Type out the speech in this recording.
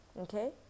Okay